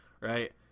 right